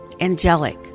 angelic